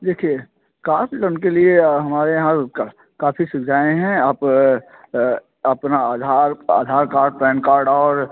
देखिए caste system के लिए हमारे पास काफ़ी सुविधाएँ हैं आप अपना आधार कार्ड पैन कार्ड और